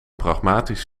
pragmatisch